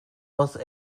was